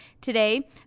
Today